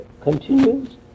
continues